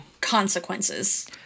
consequences